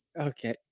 Okay